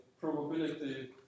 probability